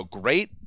great